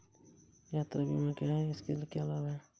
यात्रा बीमा क्या है इसके क्या लाभ हैं?